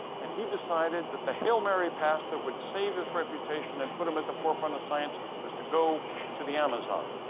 and he decided that the hail mary pass that would save his reputation and put him at the forefront of science was to go to the amazon.